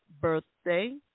birthday